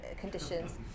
conditions